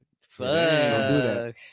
Fuck